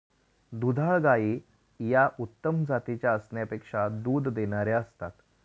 दुधाळ गायी या उत्तम जातीच्या असण्यापेक्षा दूध देणाऱ्या असतात